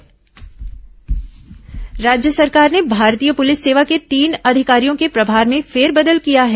प्रभार फेरबदल राज्य सरकार ने भारतीय पुलिस सेवा के तीन अधिकारियों के प्रभार में फेरबदल किया है